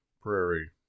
Prairie